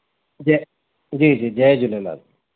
जय जी जी जय झूलेलाल